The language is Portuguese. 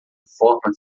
forma